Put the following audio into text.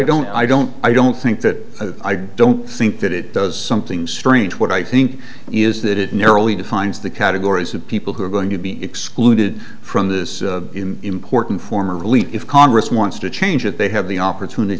don't i don't i don't think that i don't think that it does something strange what i think is that it nearly defines the categories of people who are going to be excluded from this important former elite if congress wants to change that they have the opportunity